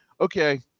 okay